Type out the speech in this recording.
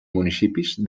municipis